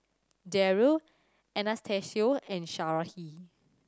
Darrell Anastacio and Sarahi